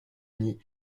uni